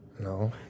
No